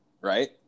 Right